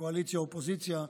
קואליציה אופוזיציה.